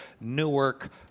Newark